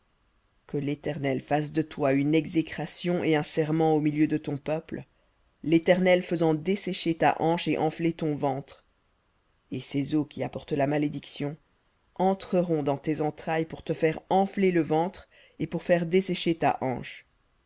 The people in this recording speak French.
que l'éternel fasse de toi une exécration et un serment au milieu de ton peuple l'éternel faisant dessécher ta hanche et enfler ton ventre et ces eaux qui apportent la malédiction entreront dans tes entrailles pour te faire enfler le ventre et pour faire dessécher ta hanche